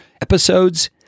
episodes